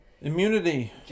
Immunity